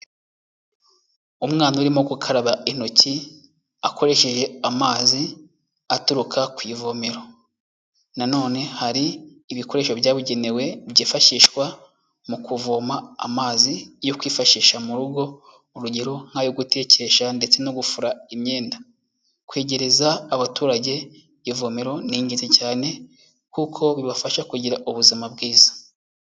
Umwana urimo gukaraba intoki akoresheje amazi aturuka ku ivomero. Nanone hari ibikoresho byabugenewe byifashishwa mu kuvoma amazi yo kwifashisha mu rugo, urugero nk'ayo gutekesha ndetse no gufura imyenda. Kwegereza abaturage ivomero ni ingenzi cyane kuko bibafasha kugira ubuzima bwiza.